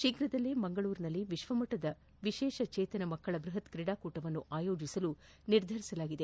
ಶೀಘ್ರದಲ್ಲೇ ಮಂಗಳೂರಿನಲ್ಲಿ ವಿಶ್ವಮಟ್ಟದ ವಿಶೇಷ ಚೇತನ ಮಕ್ಕಳ ಬೃಹತ್ ಕ್ರೀಡಾಕೂಟ ಆಯೋಜಿಸಲು ನಿರ್ಧರಿಸಲಾಗಿದೆ